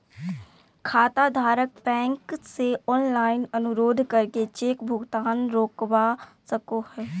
खाताधारक बैंक से ऑनलाइन अनुरोध करके चेक भुगतान रोकवा सको हय